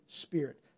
Spirit